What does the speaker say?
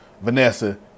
Vanessa